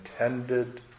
intended